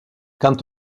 quant